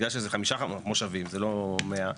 זה חמישה מושבים לא מאה,